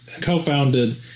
co-founded